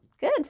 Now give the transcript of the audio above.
Good